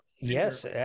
Yes